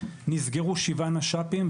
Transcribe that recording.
נסגרו שבעה נש"פים,